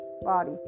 body